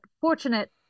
fortunate